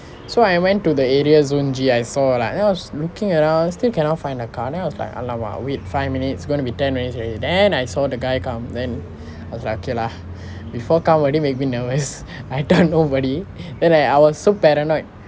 so I went to the areas zone G I saw then I was looking around still cannot find the car then I was like !alamak! wait five minutes going to be ten minutes already then I saw the guy come then I was like okay lah before car already make me nervous I thought nobody then I was so paranoid